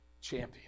champion